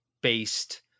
based